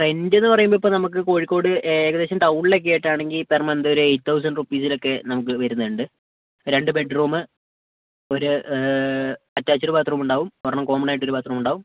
rent എന്ന് പറയുമ്പം ഇപ്പം നമുക്ക് കോഴിക്കോട് ഏകദേശം ടൗണിൽ ഒക്കെ ആയിട്ട് ആണെങ്കിൽ പെർ മന്ത് ഒരു എയിറ്റ് തൗസൻഡ് റുപ്പീസിലൊക്കെ നമുക്ക് വരുന്നുണ്ട് രണ്ട് ബെഡ്റൂം ഒരു അറ്റാച്ച്ഡ് ബാത്റൂം ഉണ്ടാവും ഒരെണ്ണം കോമൺ ആയിട്ട് ഒരു ബാത്റൂം ഉണ്ടാവും